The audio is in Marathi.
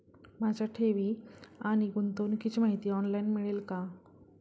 माझ्या ठेवी आणि गुंतवणुकीची माहिती ऑनलाइन मिळेल का?